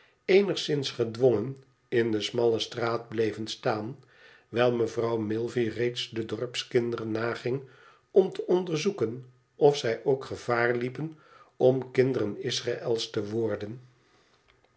eenigszins gedwongen in de smalle straat bleven staan wijl mevrouw milvey reeds de dorpskinderen naging om te onderzoeken of zij ook gevaar liepen om kinderen israël's te worden